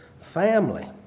family